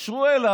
התקשרו אליו,